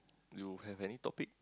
you have any topic